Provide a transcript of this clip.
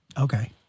okay